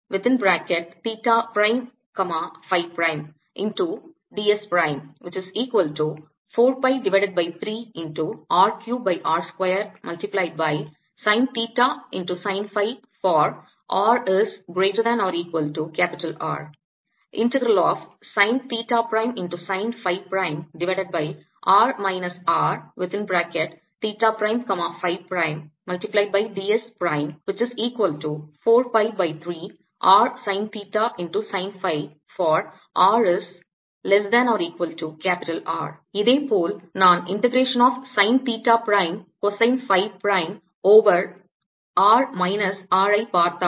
இதேபோல் நான் integration of sine theta prime cosine phi prime over r minus R ஐ பார்த்தால்